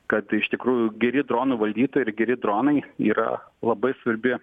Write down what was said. kad iš tikrųjų geri dronų valdytojai ir geri dronai yra labai svarbi